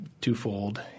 twofold